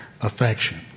affection